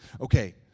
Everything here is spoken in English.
Okay